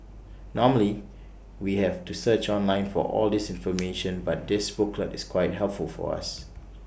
normally we have to search online for all this information but this booklet is quite helpful for us